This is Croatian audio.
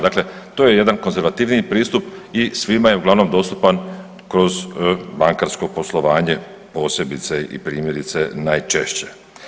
Dakle, to je jedan konzervativniji pristup i svima je uglavnom dostupan kroz bankarsko poslovanje, posebice i primjerice najčešće.